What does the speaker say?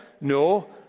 No